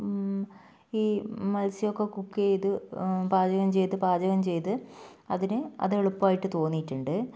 ഈ മത്സ്യമൊക്കെ കുക്ക് ചെയ്ത് പാചകം ചെയ്ത് പാചകം ചെയ്ത് അതിന് അത് എളുപ്പമായിട്ട് തോന്നിയിട്ടുണ്ട്